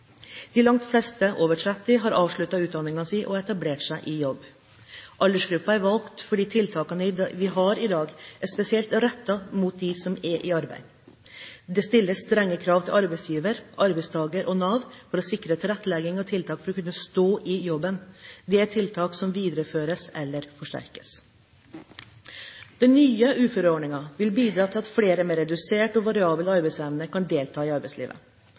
De fleste over 30 år har avsluttet utdanningen sin og etablert seg i jobb. Aldersgruppen er valgt fordi tiltakene vi har i dag, er spesielt rettet mot dem som er i jobb. Det stilles strenge krav til arbeidsgiver, arbeidstaker og Nav for å sikre tilrettelegging og tiltak for å kunne stå i jobben. Dette er tiltak som videreføres eller forsterkes. Den nye uføreordningen vil bidra til at flere med redusert og variabel arbeidsevne kan delta i arbeidslivet.